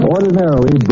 Ordinarily